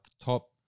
top